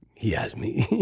he has me.